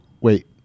wait